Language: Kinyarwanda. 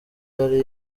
yari